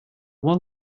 wall